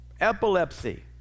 epilepsy